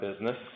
business